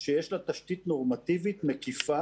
שיש לה תשתית נורמטיבית מקיפה,